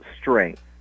strength